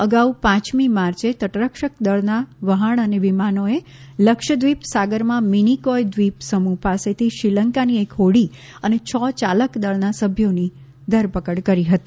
અગાઉ પાંચમી માર્ચે તટરક્ષકદળનાં વહાણ અને વિમાનોએ લક્ષદ્વિપ સાગરમાં મિનિકોય દ્વિપ સમૂહ પાસેથી શ્રીલંકાની એક હોડી અને છ યાલકદળનાં સભ્યોની ધરપકડ કરી હતી